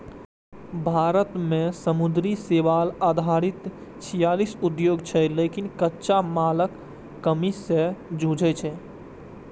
भारत मे समुद्री शैवाल आधारित छियालीस उद्योग छै, लेकिन कच्चा मालक कमी सं जूझै छै